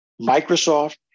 Microsoft